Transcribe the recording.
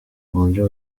muburyo